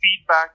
feedback